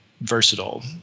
versatile